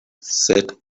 set